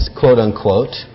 quote-unquote